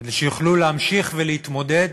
כדי שיוכלו להמשיך ולהתמודד